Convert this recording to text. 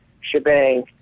shebang